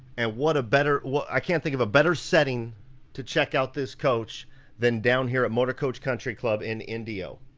and what a better. well i can't think of a better setting to check out this coach then down here at motorcoach country club in indio.